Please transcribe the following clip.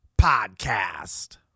podcast